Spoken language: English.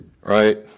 Right